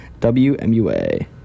WMUA